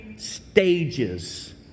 stages